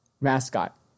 mascot